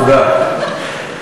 תודה.